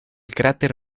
cráter